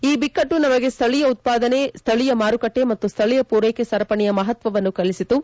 ಈ ಬಿಕ್ಕಟ್ನು ನಮಗೆ ಸ್ಲಳೀಯ ಉತ್ತಾದನೆ ಸ್ಲಳೀಯ ಮಾರುಕಟ್ನೆ ಮತ್ತು ಸ್ಲಳೀಯ ಪೂರ್ವೆಕೆ ಸರಪಣಿಯ ಮಪತ್ತವನ್ನು ಕಲಿಸಿತು